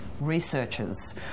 researchers